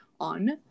on